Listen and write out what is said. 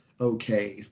okay